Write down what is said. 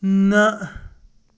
نہ